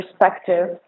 perspective